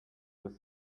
with